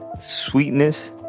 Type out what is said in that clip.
sweetness